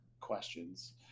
questions